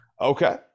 Okay